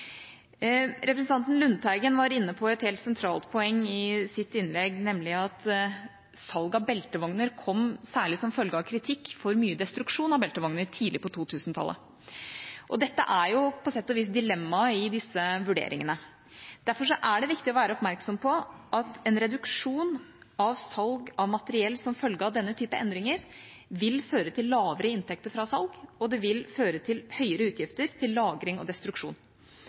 Representanten Lundteigen var inne på et helt sentralt poeng i sitt innlegg, nemlig at salg av beltevogner kom særlig som følge av kritikk av mye destruksjon av beltevogner tidlig på 2000-tallet. Dette er på sett og vis dilemmaet i disse vurderingene. Derfor er det viktig å være oppmerksom på at en reduksjon av salg av materiell som følge av denne type endringer, vil føre til lavere inntekter fra salg, og det vil føre til høyere utgifter til lagring og destruksjon.